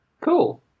Cool